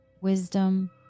wisdom